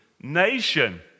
nation